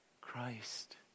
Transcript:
Christ